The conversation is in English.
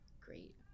great